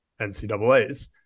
NCAAs